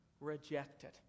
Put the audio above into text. rejected